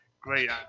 great